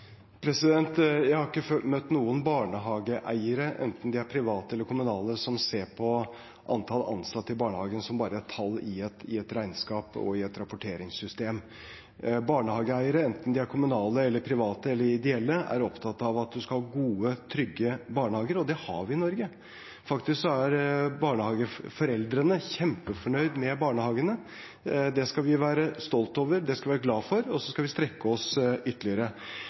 Jeg har ikke møtt noen barnehageeiere – enten de er private eller kommunale – som ser på antall ansatte i barnehagen som bare et tall i et regnskap og i et rapporteringssystem. Barnehageeiere, enten de er kommunale, private eller ideelle, er opptatt av at man skal ha gode, trygge barnehager, og det har vi i Norge. Faktisk er foreldrene kjempefornøyd med barnehagene. Det skal vi være stolt av, det skal vi være glad for, og så skal vi strekke oss ytterligere.